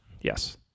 Yes